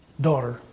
daughter